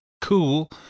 cool